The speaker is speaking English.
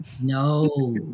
No